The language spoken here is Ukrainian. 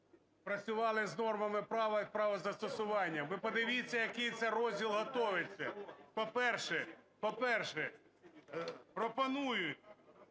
працювали з нормами права і правозастосування, ви подивіться, який це розділ готовиться. По-перше, пропонують